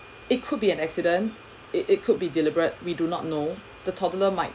it could be an accident it it could be deliberate we do not know the toddler might